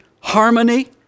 harmony